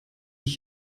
ich